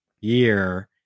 year